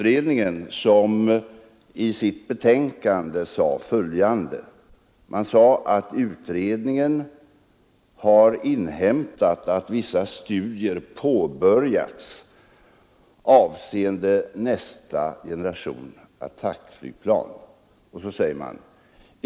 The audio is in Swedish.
I sitt betänkande sade fö inhämtat att vissa studier påbörjats avseende nästa generation attackflygplan.